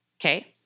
okay